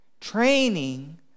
training